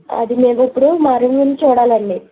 అది మేము ఇప్పుడు మారేడుమిల్లి చూడాలండి